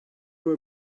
were